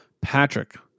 Patrick